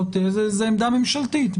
זאת עמדה ממשלתית.